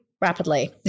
rapidly